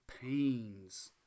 pains